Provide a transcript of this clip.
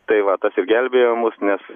tai va tas išgelbėjo mus nes